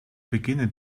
beginnen